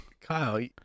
Kyle